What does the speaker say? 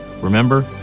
Remember